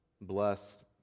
blessed